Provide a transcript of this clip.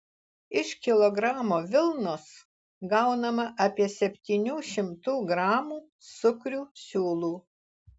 iš kilogramo vilnos gaunama apie septynių šimtų gramų sukrių siūlų